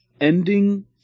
ending